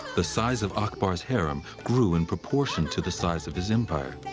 the size of akbar's harem grew in proportion to the size of his empire.